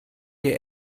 ihr